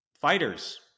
Fighters